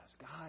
God